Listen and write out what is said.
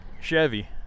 Chevy